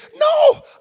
no